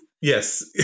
yes